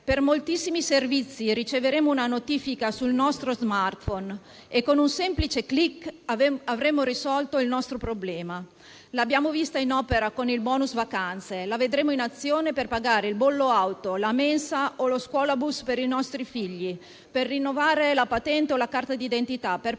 Per moltissimi servizi riceveremo una notifica sul nostro *smartphone* e con un semplice clic avremo risolto il nostro problema. L'abbiamo vista in opera con il *bonus* vacanze, la vedremo in azione per pagare il bollo auto, la mensa o lo scuolabus per i nostri figli, per rinnovare la patente o la carta d'identità, per